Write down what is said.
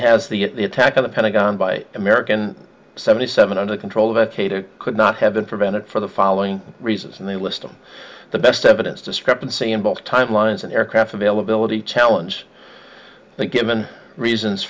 has the attack of the pentagon by american seventy seven under control vacated could not have been prevented for the following reasons and they list them the best evidence discrepancy in both timelines and aircraft availability challenge the given reasons